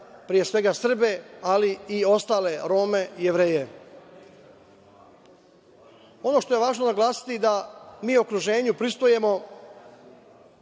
pre svega Srbe, ali i ostale, Rome i Jevreje. Ono što je važno naglasiti, da mi u okruženju pristupamo